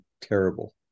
terrible